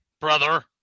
Brother